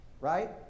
Right